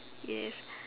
yes